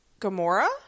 Gamora